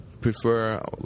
prefer